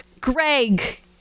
Greg